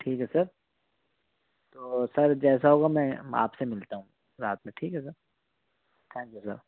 ٹھیک ہے سر تو سر جیسا ہوگا میں آپ سے ملتا ہوں رات میں ٹھیک ہے سر تھینک یو سر